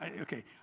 Okay